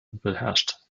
beherrscht